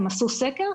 הם עשו על זה סקר.